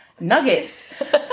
Nuggets